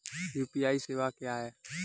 UPI सवायें क्या हैं?